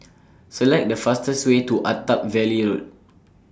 Select The fastest Way to Attap Valley Road